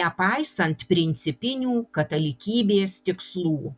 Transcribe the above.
nepaisant principinių katalikybės tikslų